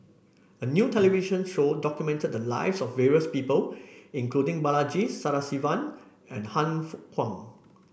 a new television show documented the lives of various people including Balaji Sadasivan and Han Fook Kwang